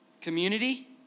community